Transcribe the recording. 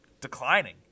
declining